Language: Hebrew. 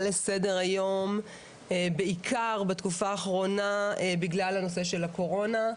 לסדר היום בעיקר בתקופה האחרונה בגלל הנושא של הקורונה,